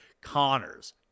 Connors